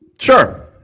Sure